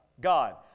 God